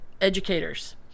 educators